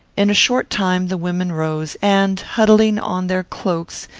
in a short time the women rose, and, huddling on their cloaks,